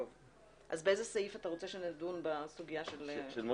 אז באיזה סעיף אתה רוצה שנדון בסוגיה של מוסקוביץ?